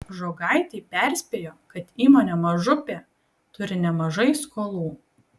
žogaitė perspėjo kad įmonė mažupė turi nemažai skolų